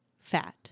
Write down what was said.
fat